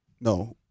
no